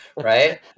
Right